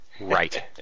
Right